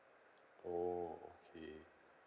orh okay